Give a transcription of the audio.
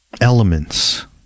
Elements